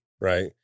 Right